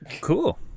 cool